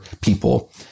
people